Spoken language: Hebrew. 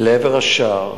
לעבר השער